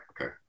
Okay